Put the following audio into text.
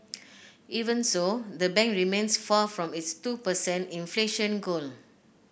even so the bank remains far from its two percent inflation goal